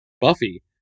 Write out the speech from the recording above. Buffy